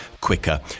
quicker